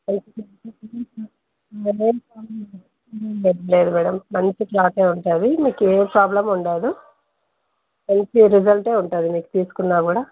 లేదు మేడం మంచి క్లొతే ఉంటుంది మీకు ఏం ప్రాబ్లమ్ ఉండదు మంచి రిజల్టే ఉంటుంది మీకు తీసుకున్నా కూడా